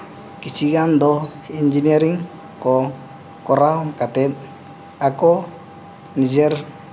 ᱠᱤᱪᱷᱤᱜᱟᱱ ᱫᱚ ᱤᱧᱡᱤᱱᱤᱭᱟᱨᱤᱝ ᱠᱚ ᱠᱚᱨᱟᱣ ᱠᱟᱛᱮ ᱟᱠᱚ ᱱᱤᱡᱮᱨ